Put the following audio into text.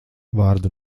vārdu